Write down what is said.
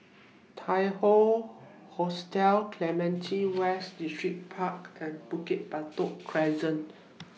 Tai Hoe Hostel Clementi West Distripark and Bukit Batok Crescent